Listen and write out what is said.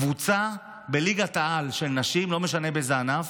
קבוצה בליגת-העל של נשים, לא משנה באיזה ענף,